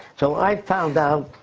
so i found out,